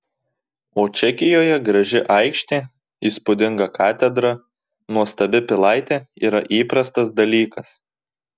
o čekijoje graži aikštė įspūdinga katedra nuostabi pilaitė yra įprastas dalykas